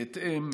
בהתאם,